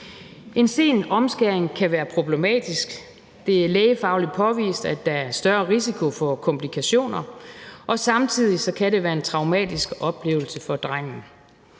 En sen omskæring kan være problematisk. Det er lægefagligt påvist, at der er større risiko for komplikationer, og samtidig kan det være en traumatisk oplevelse for drengen.